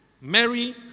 Mary